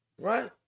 right